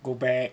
go back